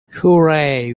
hooray